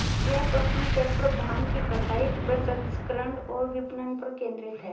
यह पश्चिमी तट पर भांग की कटाई, प्रसंस्करण और विपणन पर केंद्रित है